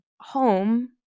home